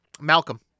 Malcolm